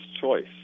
choice